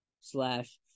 slash